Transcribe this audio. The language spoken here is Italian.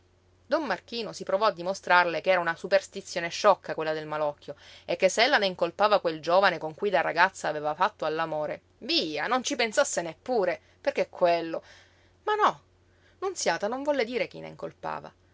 don marchino si provò a dimostrarle che era una superstizione sciocca quella del malocchio e che se ella ne incolpava quel giovane con cui da ragazza aveva fatto all'amore via non ci pensasse neppure perché quello ma no nunziata non volle dire chi ne